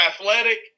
athletic